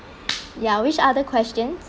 ya which other questions